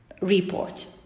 report